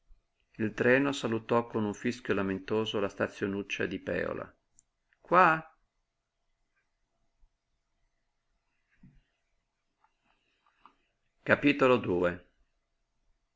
il treno salutò con un fischio lamentoso la stazionuccia di pèola qua tra